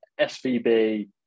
SVB